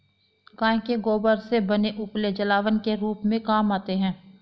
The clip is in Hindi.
गाय के गोबर से बने उपले जलावन के रूप में काम आते हैं